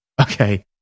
Okay